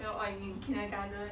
or kindergarten